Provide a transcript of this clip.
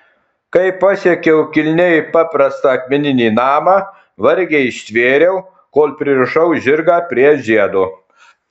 kai pasiekiau kilniai paprastą akmeninį namą vargiai ištvėriau kol pririšau žirgą prie žiedo